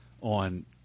on